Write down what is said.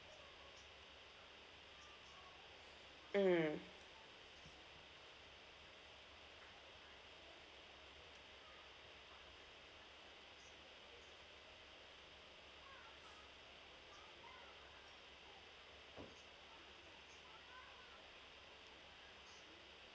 mm